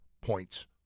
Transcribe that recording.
points